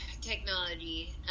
technology